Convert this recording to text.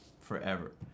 forever